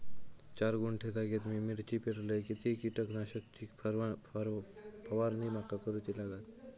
चार गुंठे जागेत मी मिरची पेरलय किती कीटक नाशक ची फवारणी माका करूची लागात?